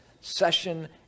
session